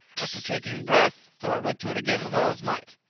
after taking breath, thor went to it again with all his might,